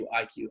IQ